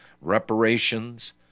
reparations